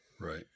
Right